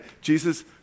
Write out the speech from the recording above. Jesus